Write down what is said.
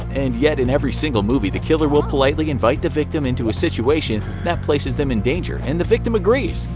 and yet in every single movie, the killer will politely invite the victim into a situation that places them in danger, and the victim agrees.